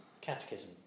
Catechism